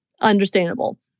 Understandable